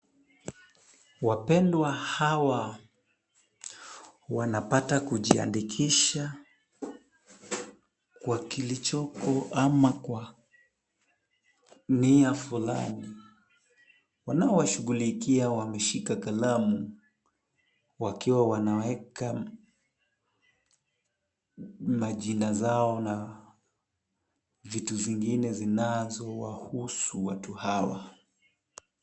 Wapendwa hawa wanapata kujiandikisha, kwa kilichoko ama kwa nia fulani. Wanao washughulikia wameshika kalamu, wakiwa wanaweka majina zao na vitu zingine zinazo wahusu watu hawa.